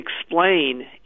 Explain